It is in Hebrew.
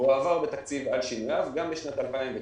והועבר בתקציב על שינוייו, גם בשנת 2019,